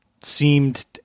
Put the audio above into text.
seemed